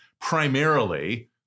primarily